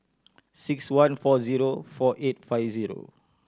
six one four zero four eight five zero